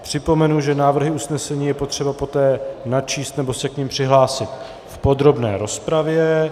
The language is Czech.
Připomenu, že návrhy usnesení je potřeba poté načíst nebo se k nim přihlásit v podrobné rozpravě.